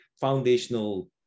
foundational